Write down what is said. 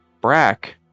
Brack